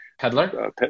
Peddler